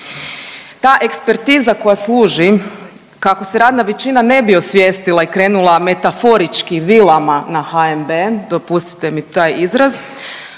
Ta ekspertiza koja služi kako se radna većina ne bi osvijestila i krenula metaforički vilama na HNB, dopustite mi taj izraz,